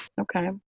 Okay